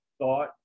thought